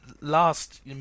last